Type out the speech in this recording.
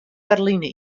ferline